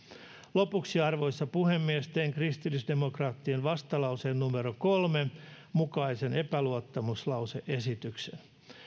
lopuksi arvoisa puhemies teen kristillisdemokraattien vastalauseen kolmen mukaisen epäluottamuslause esityksen